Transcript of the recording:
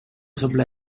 sopla